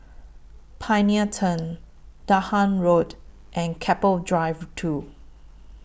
Pioneer Turn Dahan Road and Keppel Drive two